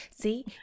See